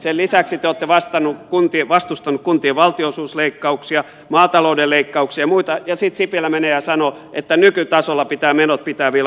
sen lisäksi te olette vastustaneet kuntien valtionosuusleikkauksia maatalouden leikkauksia ja muita ja sitten sipilä menee ja sanoo että nykytasolla pitää menot pitää vielä vuosia